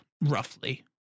roughly